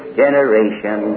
generation